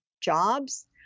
jobs